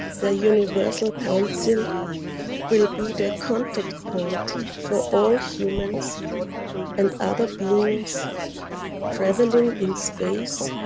the universal council will be the contact point for all humans and other beings traveling in space,